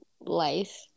life